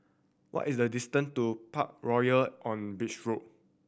what is the distance to Parkroyal on Beach Road